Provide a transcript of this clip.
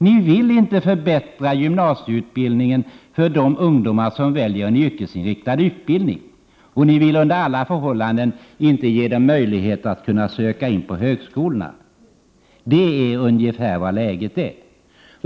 Ni vill inte förbättra gymnasieutbildningen för de ungdomar som väljer en yrkesinriktad linje, och ni vill under alla förhållanden inte ge dem möjligheter att söka in på högskolorna. Så ungefär är läget.